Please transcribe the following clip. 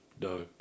no